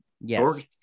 Yes